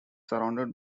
surrounded